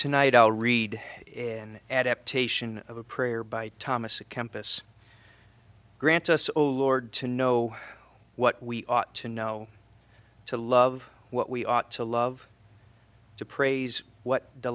tonight i'll read in adaptation of a prayer by thomas a campus grant us lord to know what we ought to know to love what we ought to love to praise what